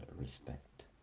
respect